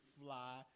fly